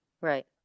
Right